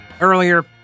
earlier